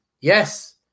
Yes